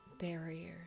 barriers